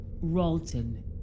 Ralton